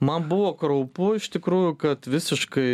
man buvo kraupu iš tikrųjų kad visiškai